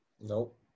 Nope